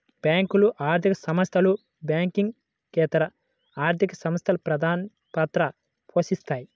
బ్యేంకులు, ఆర్థిక సంస్థలు, బ్యాంకింగేతర ఆర్థిక సంస్థలు ప్రధానపాత్ర పోషిత్తాయి